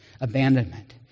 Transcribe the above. abandonment